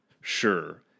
Sure